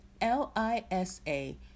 L-I-S-A